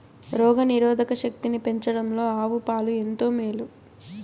రోగ నిరోధక శక్తిని పెంచడంలో ఆవు పాలు ఎంతో మేలు